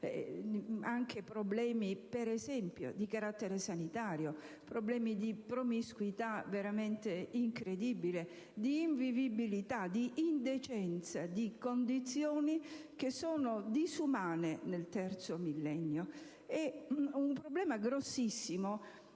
e comporta: problemi di carattere sanitario, di promiscuità veramente incredibile, di invivibilità, di indecenza di condizioni, che sono disumane nel terzo millennio. È un problema grossissimo,